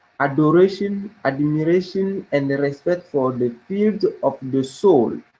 admiration admiration and respect for the fields of the soul,